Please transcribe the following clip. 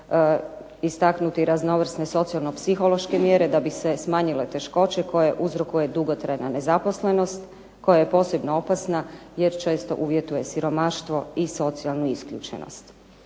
istaknuti raznovrsne socijalno psihološke mjere, da bi se smanjile teškoće koje uzrokuje dugotrajna nezaposlenost, koja je posebno opasna jer često uvjetuje siromaštvo i socijalnu isključenost.